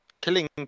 killing